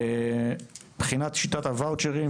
מבחינת שיטת הוואוצ'רים,